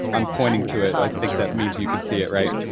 i'm pointing to it. i think that means you can see it, right?